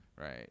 Right